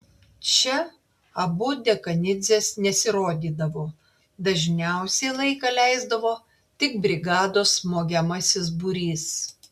čia abu dekanidzės nesirodydavo dažniausiai laiką leisdavo tik brigados smogiamasis būrys